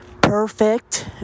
perfect